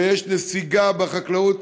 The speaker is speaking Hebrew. ויש נסיגה בחקלאות